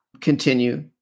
continue